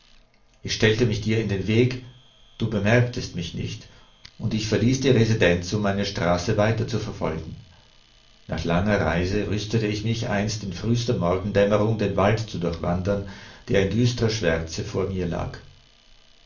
ich stellte mich dir in den weg du bemerktest mich nicht und ich verließ die residenz um meine straße weiterzuverfolgen nach langer reise rüstete ich mich einst in frühster morgendämmerung den wald zu durchwandern der in düstrer schwärze vor mir lag